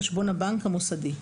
חשבון הבנק המוסדי).